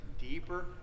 deeper